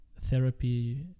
therapy